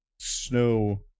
snow